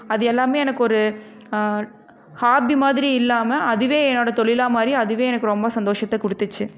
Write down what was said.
அது எல்லாமே எனக்கு ஒரு ஹாபி மாதிரி இல்லாமல் அதுவே என்னோட தொழிலாக மாறி அதுவே எனக்கு ரொம்ப சந்தோஷத்தை கொடுத்துச்சி